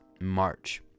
March